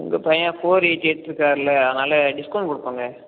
உங்க பையன் four eighty எடுத்துருக்கார்ல அதனால் டிஸ்கவுண்ட் கொடுப்பாங்க